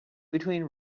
between